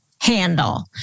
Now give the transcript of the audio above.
handle